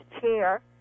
chair